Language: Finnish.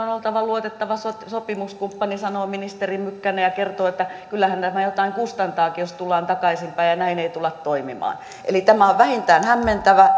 on oltava luotettava sopimuskumppani sanoo ministeri mykkänen ja kertoo että kyllähän tämä jotain kustantaakin jos tullaan takaisin päin ja näin ei tulla toimimaan eli tämä on vähintään hämmentävä